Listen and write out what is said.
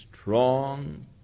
strong